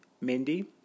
Mindy